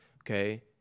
okay